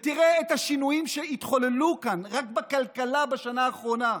ותראה את השינויים שהתחוללו כאן רק בכלכלה בשנה האחרונה,